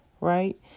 right